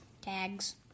tags